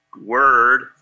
word